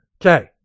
Okay